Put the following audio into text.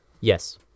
Yes